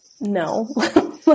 no